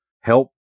help